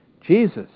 Jesus